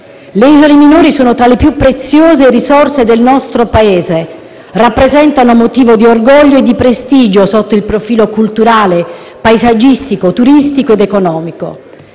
Le isole minori sono tra le più preziose risorse del nostro Paese; rappresentano motivo di orgoglio e di prestigio sotto il profilo culturale, paesaggistico, turistico ed economico.